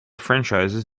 franchises